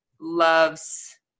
loves